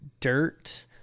dirt